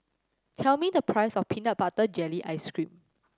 tell me the price of peanut butter jelly ice cream